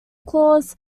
claus